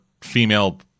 female